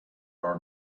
are